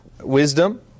wisdom